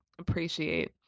appreciate